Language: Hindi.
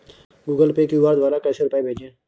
गूगल पे क्यू.आर द्वारा कैसे रूपए भेजें?